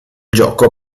gioco